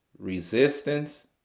Resistance